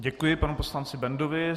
Děkuji panu poslanci Bendovi.